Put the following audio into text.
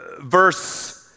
verse